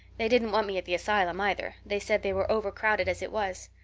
they didn't want me at the asylum, either they said they were over-crowded as it was.